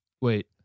Wait